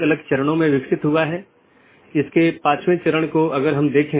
इसलिए समय समय पर जीवित संदेश भेजे जाते हैं ताकि अन्य सत्रों की स्थिति की निगरानी कर सके